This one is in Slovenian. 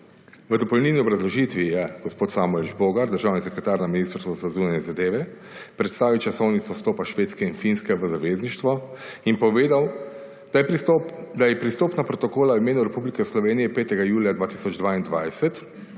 V dopolnilni obrazložitvi je gospod Samuel Žbogar, državni sekretar na Ministrstvu za zunanje zadeve predstavil časovnico vstopa Švedske in Finske v zavezništvo in povedal, da je pristopna protokola v imenu Republike Slovenije 5. julija 2022